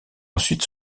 ensuite